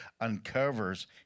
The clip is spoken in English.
uncovers